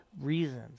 reasons